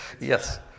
Yes